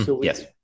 Yes